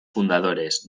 fundadores